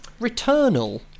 Returnal